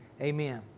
amen